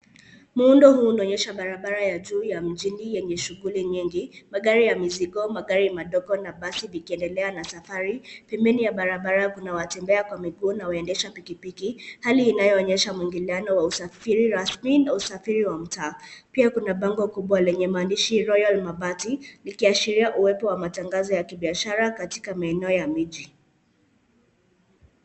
Muundo huu unaonyesha barabara ya juu ya mjini yenye shughuli nyingi. Magari ya mizigo, magari madogo na basi vikiendelea na safari, pembeni ya barabara kuna watembea kwa miguu na waendesha pikipiki, hali inayoonesha mwingiliano wa usafiri rasmi na usafiri wa mtaa. Pia kuna bango kubwa lenye maandishi Royal Mabati likiashiria uwepo wa matangazo ya kibiashara katika maeneo ya miji.